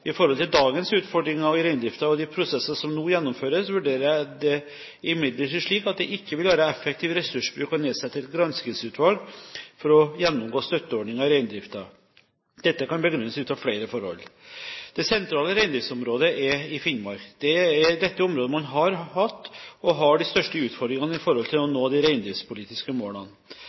I forhold til dagens utfordringer i reindriften og de prosesser som nå gjennomføres, vurderer jeg det imidlertid slik at det ikke vil være effektiv ressursbruk å nedsette et granskingsutvalg for å gjennomgå støtteordningene i reindriften. Dette kan begrunnes ut fra flere forhold. Det sentrale reindriftsområdet er i Finnmark. Det er i dette området man har hatt og har de største utfordringene med å nå de reindriftspolitiske målene.